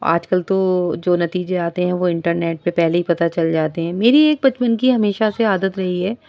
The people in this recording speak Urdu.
آج کل تو جو نتیجے آتے ہیں وہ انٹرنیٹ پہ پہلے ہی پتہ چل جاتے ہیں میری ایک بچپن کی ہمیشہ سے عادت رہی ہے